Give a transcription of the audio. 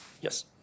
Yes